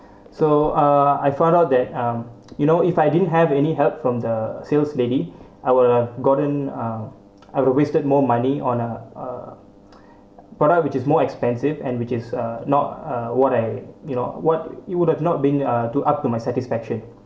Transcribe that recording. so uh I found out that um you know if I didn't have any help from the sales lady I will gotten a I'll have wasted more money on a a product which is more expensive and which is uh not uh what I you know what you would have not been uh to up to my satisfaction